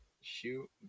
shoot